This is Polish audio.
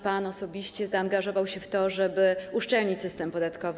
Pan osobiście zaangażował się w to, żeby uszczelnić system podatkowy.